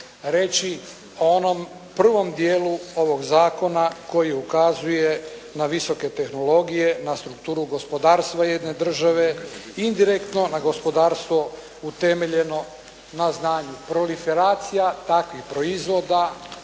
reći o onom prvom dijelu ovog zakona koji ukazuje na visoke tehnologije, na strukturu gospodarstva jedne države, indirektno na gospodarstvo utemeljeno na znanju proliferacija takvih proizvoda,